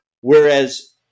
Whereas